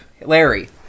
Larry